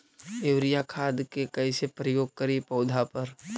Urea खाद के कैसे प्रयोग करि पौधा पर?